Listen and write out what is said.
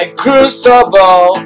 crucible